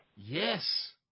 Yes